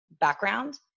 background